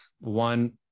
one